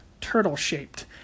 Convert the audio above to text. turtle-shaped